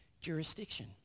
jurisdiction